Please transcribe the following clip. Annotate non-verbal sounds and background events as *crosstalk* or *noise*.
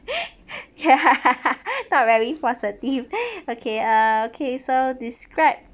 *laughs* ya thought very positive *breath* okay uh okay so describe